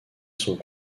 sont